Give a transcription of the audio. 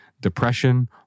depression